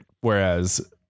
whereas